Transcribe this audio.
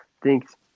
Thanks